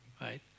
right